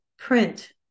print